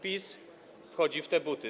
PiS wchodzi w te buty.